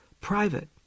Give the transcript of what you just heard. private